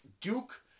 Duke